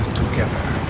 together